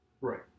Right